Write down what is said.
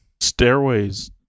Stairways